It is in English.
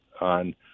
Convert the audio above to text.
on